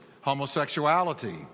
homosexuality